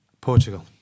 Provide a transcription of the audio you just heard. Portugal